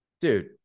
Dude